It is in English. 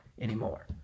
anymore